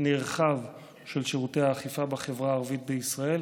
נרחב של שירותי האכיפה בחברה הערבית בישראל.